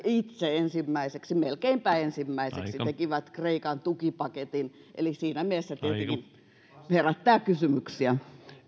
itse ensimmäiseksi melkeinpä ensimmäiseksi tekivät kreikan tukipaketin eli siinä mielessä tietenkin tämä herättää kysymyksiä